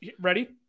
Ready